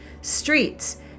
Streets